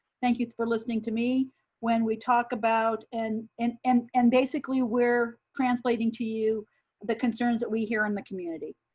thank you for listening to me when we talk about, and and and and basically we're translating to you the concerns that we hear in the community.